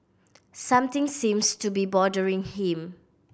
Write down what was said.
something seems to be bothering him